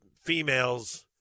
females –